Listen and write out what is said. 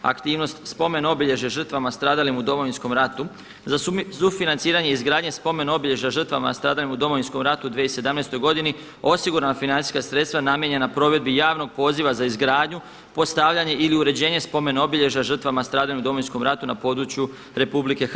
Aktivnost Spomen obilježje žrtvama stradalim u Domovinskom ratu, za sufinanciranje izgradnje Spomen obilježje žrtvama stradalim u Domovinskom ratu u 2017. godini osigurana financijska sredstva namijenjena provedbi javnog poziva za izgradnju, postavljanje ili uređenje Spomen obilježje žrtvama stradalim u Domovinskom ratu na području RH.